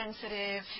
sensitive